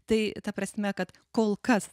tai ta prasme kad kol kas